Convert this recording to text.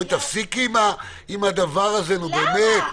תפסיקי עם הדבר הזה, נו, באמת.